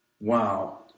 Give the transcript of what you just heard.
Wow